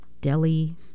Delhi